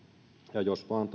ja jos vain